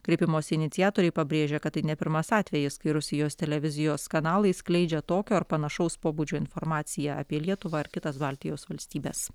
kreipimosi iniciatoriai pabrėžia kad tai ne pirmas atvejis kai rusijos televizijos kanalai skleidžia tokio ar panašaus pobūdžio informaciją apie lietuvą ir kitas baltijos valstybes